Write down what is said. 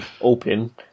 open